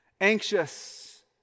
anxious